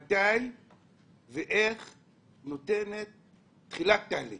איך מתחיל תהליך.